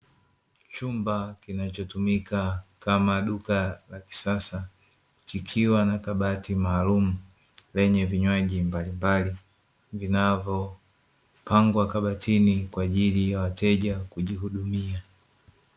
Chumba kinachotumika kama duka la kisasa, kikiwa na kabati maalumu lenye vinywaji mbali mbali vinavyopangwa kabatini kwa ajili ya wateja kujihudumia.